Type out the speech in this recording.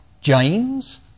James